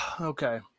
Okay